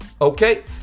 okay